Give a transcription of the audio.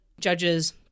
judges